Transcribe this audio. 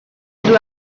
due